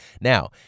now